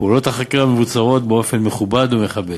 פעולות החקירה מבוצעות באופן מכובד ומכבד.